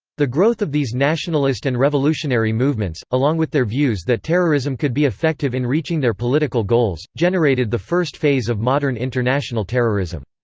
the growth of these nationalist and revolutionary movements, along with their views that terrorism could be effective in reaching their political goals, generated the first phase of modern international terrorism.